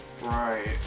Right